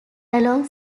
along